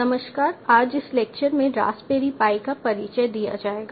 नमस्कार आज इस लेक्चर में रास्पबेरी पाई का परिचय दिया जाएगा